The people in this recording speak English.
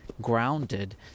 grounded